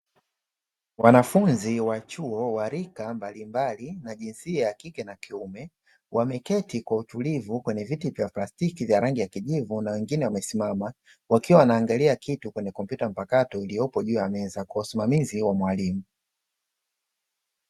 Wanafunzi wa chuo wa rika mbalimbali na jinsia ya kike na kiume, wameketi kwa utulivu kwenye viti vya plastiki vya rangi ya kijivu na wengine wamesimama wakiwa wanaangalia kitu kwenye kompyuta mpakato iliyopo juu ya meza kwa usimamizi wa mwalimu.